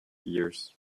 years